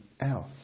else